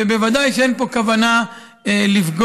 בוודאי אין פה כוונה לפגוע